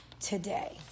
today